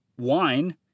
wine